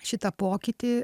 šitą pokytį